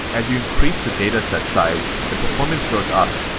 as you increase the dataset size, the performance goes up,